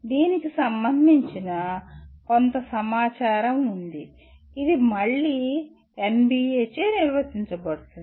దీనికి సంబంధించిన కొంత సమాచారం ఉంది ఇది మళ్ళీ NBA చే నిర్వచించబడింది